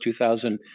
2000